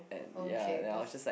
and ya and I was just like